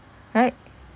right